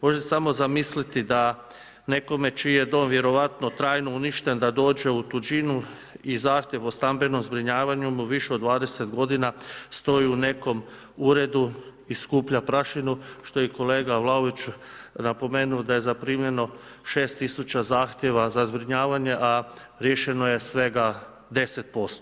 Možete samo zamisliti da nekome čiji je dom vjerojatno trajno uništen, da dođe u tuđinu i zahtjev o stambenom zbrinjavanju više od 20 g. stoji u nekom uredu i skuplja prašinu, što je i kolega Vlaović napomenuo da je zaprimljeno 6000 zahtjeva za zbrinjavanje a riješeno je svega 10%